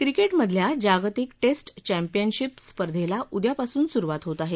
क्रिकेटमधल्या जागतिक test championship स्पर्धेला उद्या पासून सुरुवात होत आहे